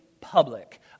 public